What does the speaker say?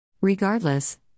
Regardless